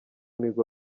nirwo